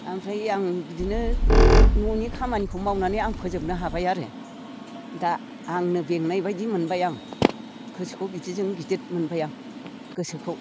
ओमफ्राय आं बिदिनो न'नि खामानिखौ मावनानै आं फोजोबनो हाबाय आरो दा आंनो बेंनाय बायदि मोनबाय आं गोसोखौ बिदिजों गिदिर मोनबाय आं गोसोखौ